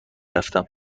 رفتم